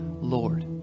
Lord